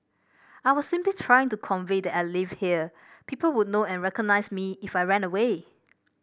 I was simply trying to convey that I lived here people would know and recognise me if I ran away